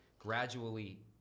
gradually